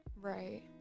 Right